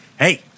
Hey